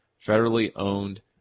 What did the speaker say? federally-owned